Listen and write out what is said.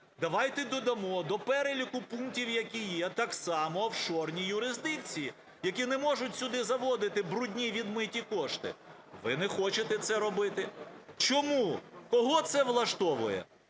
Давайте додамо до переліку пунктів, які є, так само офшорні юрисдикції, які не можуть сюди заводити "брудні" і "відмиті" кошти. Ви не хочете це робити. Чому? Кого це влаштовує?